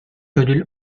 ödül